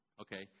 okay